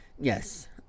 Yes